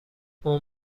اون